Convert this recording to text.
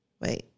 wait